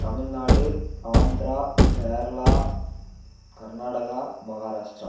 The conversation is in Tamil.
தமிழ்நாடு ஆந்த்ரா கேரளா கர்நாடகா மஹாராஷ்ட்ரா